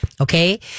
okay